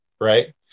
right